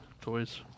toys